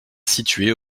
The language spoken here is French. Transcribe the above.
située